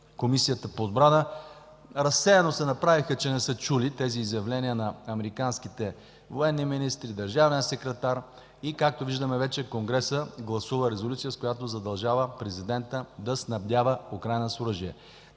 Комисията по отбрана разсеяно се направиха, че не са чули тези изявления на американските военен министър, държавен секретар и, както виждаме вече, Конгресът гласува резолюция, с която задължава президента да снабдява Украйна с оръжие.